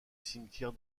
cimetière